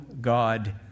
God